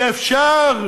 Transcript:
שאפשר,